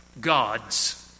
God's